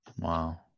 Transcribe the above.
Wow